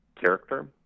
character